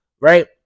right